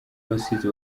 rusizi